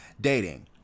dating